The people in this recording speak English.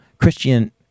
Christian